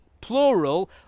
plural